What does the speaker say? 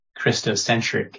Christocentric